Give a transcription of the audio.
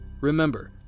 Remember